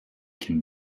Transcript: can